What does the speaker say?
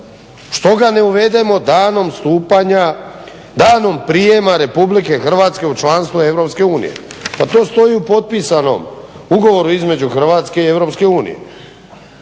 stupanja, danom prijema Republike Hrvatske u članstvo EU? Pa to stoji u potpisanom Ugovoru između Hrvatske i EU.